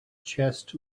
chest